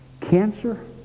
cancer